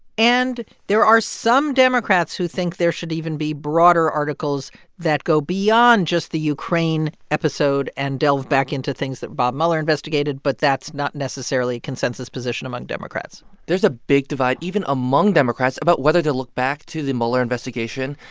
and there are some democrats who think there should even be broader articles that go beyond just the ukraine episode and delve back into things that bob mueller investigated, but that's not necessarily a consensus position among democrats there's a big divide, even among democrats, about whether to look back to the mueller investigation.